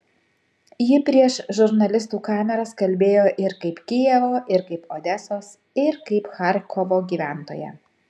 ji prieš žurnalistų kameras kalbėjo ir kaip kijevo ir kaip odesos ir kaip charkovo gyventoja